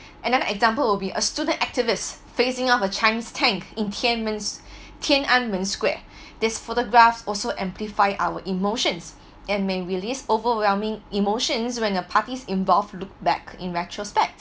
another example will be a student activist facing off a chinese tank in tianmens~ tiananmen square this photograph also amplify our emotions and may released overwhelming emotions when the parties involved look back in retrospect